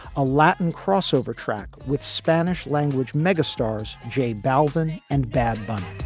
a latin crossover track with spanish language megastars jay belvin and bad bunch.